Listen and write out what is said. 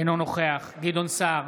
אינו נוכח גדעון סער,